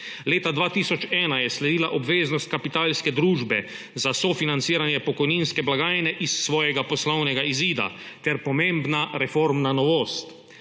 Leta 2001 je sledila obveznost Kapitalske družbe za sofinanciranje pokojninske blagajne iz svojega poslovnega izida ter pomembna reformna novost.